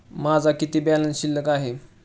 माझा किती बॅलन्स शिल्लक आहे?